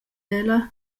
ella